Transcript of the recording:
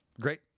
Great